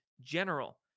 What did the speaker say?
general